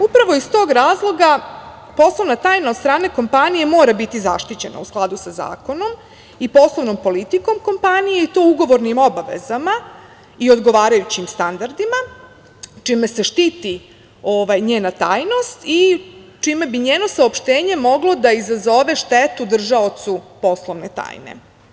Upravo iz tog razloga, poslovna tajna od strane kompanije mora biti zaštićena, u skladu sa zakonom i poslovnom politikom kompanije, i to ugovornim obavezama i odgovarajućim standardima, čime se štiti njena tajnost i čime bi njeno saopštenje moglo da izazove štetu držaocu poslovne tajne.